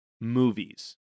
movies